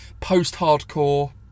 Post-hardcore